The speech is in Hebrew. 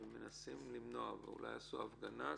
ומנסים למנוע ואולי יעשו הפגנה,